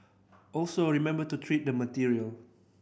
also remember to treat the material